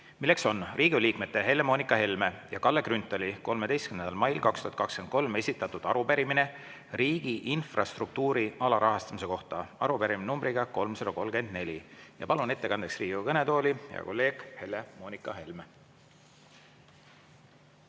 Riigikogu liikmete Helle-Moonika Helme ja Kalle Grünthali 13. mail 2023 esitatud arupärimine riigi infrastruktuuri alarahastamise kohta, arupärimine nr 334. Palun ettekandeks Riigikogu kõnetooli hea kolleegi Helle-Moonika Helme.